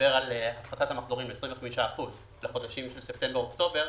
שמדברת על הפחתת המחזורים ב-25% לחודשים ספטמבר אוקטובר,